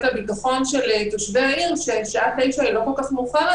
הביטחון של תושבי העיר שהשעה 21:00 היא לא כל כך מאוחרת.